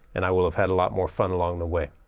and i will have had a lot more fun along the way